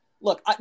look